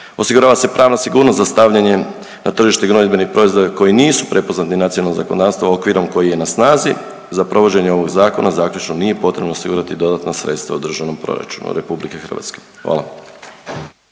osigurava se pravna sigurnost za stavljanje na tržište gnojidbenih proizvoda koji nisu prepoznati nacionalno zakonodavstvo okvirom koji je na snazi. Za provođenje ovog zakona zaključno nije potrebno osigurati dodatna sredstva u Državnom proračunu RH. Hvala.